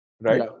right